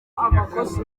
amakosa